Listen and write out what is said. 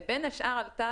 ובין השאר עלתה